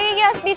yes.